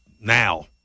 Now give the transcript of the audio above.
now